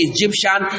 Egyptian